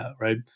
right